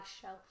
Shelf